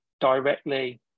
directly